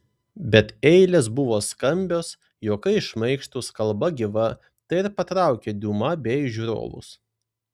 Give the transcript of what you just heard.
bet eilės buvo skambios juokai šmaikštūs kalba gyva tai ir patraukė diuma bei žiūrovus